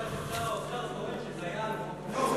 זה כי שר האוצר טוען שזה היה על הוגנות,